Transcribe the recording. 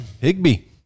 Higby